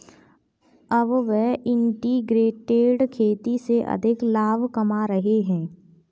अब वह इंटीग्रेटेड खेती से अधिक लाभ कमा रहे हैं